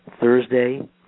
Thursday